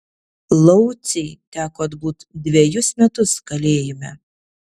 laucei teko atbūt dvejus metus kalėjime